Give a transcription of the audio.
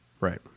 Right